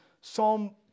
Psalm